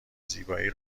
زیبایی